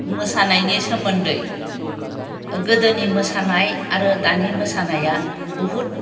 मोसानायनि सोमोन्दै गोदोनि मोसानाय आरो दानि मोसानाया बुहुद